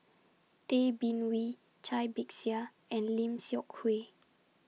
Tay Bin Wee Cai Bixia and Lim Seok Hui